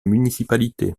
municipalité